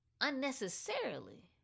Unnecessarily